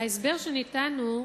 ההסבר שניתן הוא,